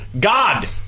God